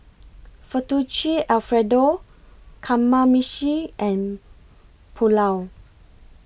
Fettuccine Alfredo Kamameshi and Pulao